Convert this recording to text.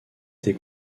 été